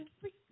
free